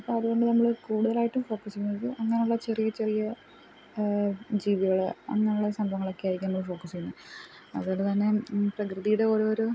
അപ്പോൾ അതുകൊണ്ട് നമ്മൾ കൂടുതലായിട്ടും ഫോക്കെസ് ചെയ്യുന്നത് അങ്ങനുള്ള ചെറിയ ചെറിയ ജീവികളെയാണ് അങ്ങനുള്ള സംഭവങ്ങളക്കെയായിരിക്കും നമ്മൾ ഫോക്കസ് ചെയ്യുന്നത് അതുകൊണ്ട് തന്നെ പ്രകൃതീടെ ഓരോരൊ